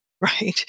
right